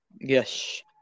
Yes